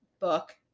book